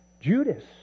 Judas